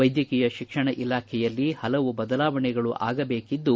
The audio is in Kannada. ವೈದ್ಯಕೀಯ ಶಿಕ್ಷಣ ಇಲಾಖೆಯಲ್ಲಿ ಪಲವು ಬದಲಾವಣೆಗಳು ಆಗಬೇಕಾಗಿದ್ದು